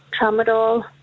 Tramadol